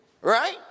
right